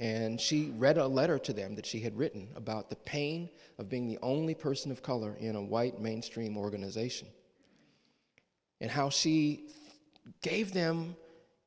and she read a letter to them that she had written about the pain of being the only person of color in a white mainstream organization and how she gave them